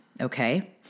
Okay